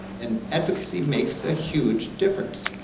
and advocacy makes a huge difference.